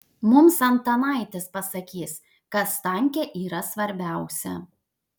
mums antanaitis pasakys kas tanke yra svarbiausia